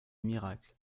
miracle